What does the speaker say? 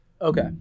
okay